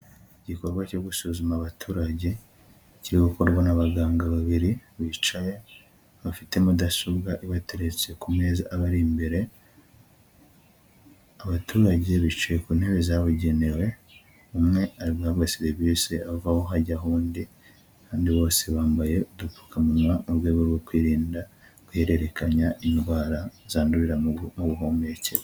Igikorwa cyo gusuzuma abaturage kiri gukorwarwa n'abaganga babiri bicaye bafite mudasobwa ibateretse ku meza aba imbere abaturage bicaye ku ntebe zabugenewe umwe agahabwa serivisi avaho hajyaho undi kandi bose bambaye udupfukamunwa mu rwego rwo kwirinda guhererekanya indwara zandurira mu buhumekero.